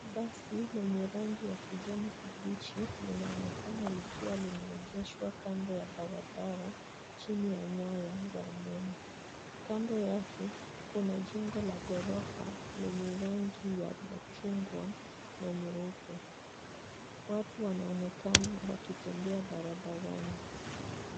Basi lenye rangi ya kijani kibichi linaonekana likiwa limeegeshwa kando ya barabara chini ya nyaya za umeme. Kando yake, kuna jengo la ghorofa lenye rangi ya machungwa na nyeupe. Watu wanaonekana wakitembea barabarani.